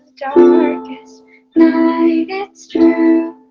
darkest night it's true,